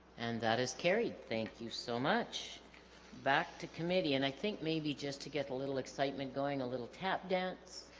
and that is carried thank you so much back to committee and i think maybe just to get a little excitement going a little tap dance